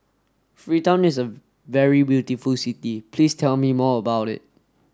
Freetown is a very beautiful city Please tell me more about it